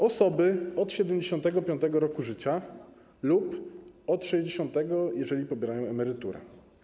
Osoby od 75. roku życia lub od 60., jeżeli pobierają emeryturę.